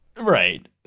Right